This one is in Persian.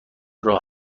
راه